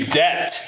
debt